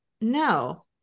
no